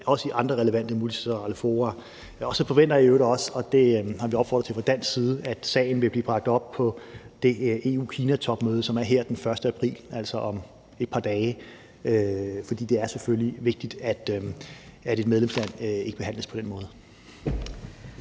også i andre relevante multilaterale fora. Så forventer jeg i øvrigt også, og det har vi opfordret til fra dansk side, at sagen vil blive bragt op på det EU-Kina-topmøde, som er her den 1. april, altså om et par dage. For det er selvfølgelig vigtigt, at et medlemsland ikke behandles på den måde.